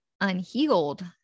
unhealed